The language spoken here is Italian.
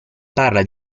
parla